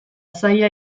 zaila